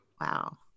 Wow